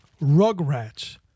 rugrats